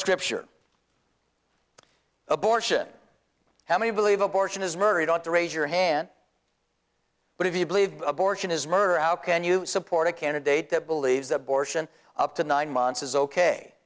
scripture abortion how many believe abortion is murder it ought to raise your hand but if you believe abortion is murder how can you support a candidate that believes abortion up to nine months is ok